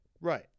Right